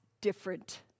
different